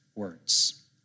words